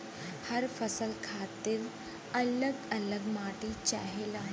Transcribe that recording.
हर फसल खातिर अल्लग अल्लग माटी चाहेला